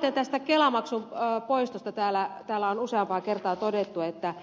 samaten tästä kelamaksun poistosta täällä on useampaan kertaan todettu että